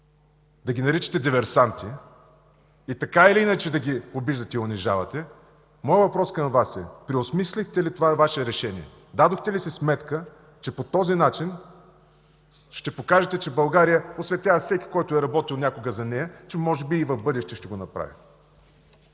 да ги наричате „диверсанти” и така или иначе да ги обиждате и унижавате, моят въпрос към Вас е: преосмислихте ли това Ваше решение? Дадохте ли си сметка, че по този начин ще покажете, че България осветява всеки, който е работил някога за нея, че може би и в бъдеще ще го направи?